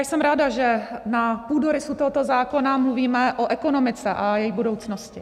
Jsem ráda, že na půdorysu tohoto zákona mluvíme o ekonomice a její budoucnosti.